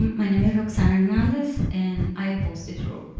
my name is roxanne hernandez, and i oppose this rule.